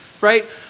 right